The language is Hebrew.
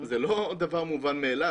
וזה לא דבר מובן מאליו,